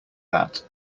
that